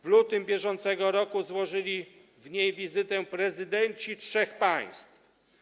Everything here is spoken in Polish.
W lutym br. złożyli w niej wizytę prezydenci trzech państw.